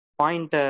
point